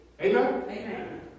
Amen